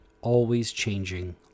always-changing